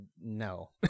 no